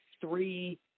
three